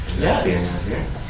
Yes